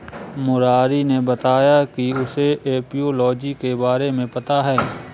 मुरारी ने बताया कि उसे एपियोलॉजी के बारे में पता है